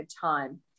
time